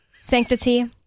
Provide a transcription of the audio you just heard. sanctity